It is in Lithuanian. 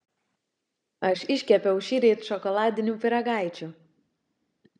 aš iškepiau šįryt šokoladinių pyragaičių